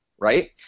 right